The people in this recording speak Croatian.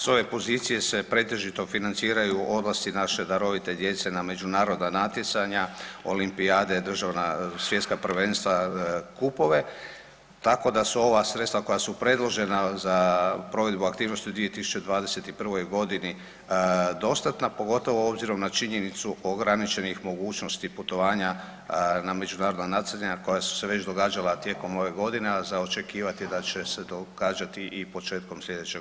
S ove pozicije se pretežito financiraju odlasci naše darovite djece na međunarodna natjecanja, olimpijade, državna, svjetska prvenstva, kupove, tako da su ova sredstva koja su predložena za provedbu aktivnosti u 2021. g. dostatna, pogotovo obzirom na činjenicu ograničenih mogućnosti putovanja na međunarodna natjecanja koja su se već događala tijekom ove godine, a za očekivati je da će se događati i početkom sljedeće godine.